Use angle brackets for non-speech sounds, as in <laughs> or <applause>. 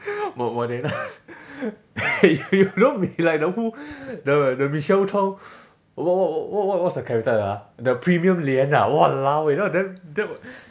mo~ moderna <laughs> you know me like the who the the michelle chong what what what what what's the character ah the premium lian ah !walao! eh that one damn damn